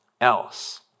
else